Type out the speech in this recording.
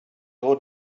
your